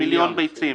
1,000,000 ביצים,